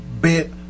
bit